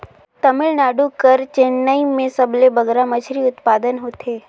तमिलनाडु कर चेन्नई में सबले बगरा मछरी उत्पादन होथे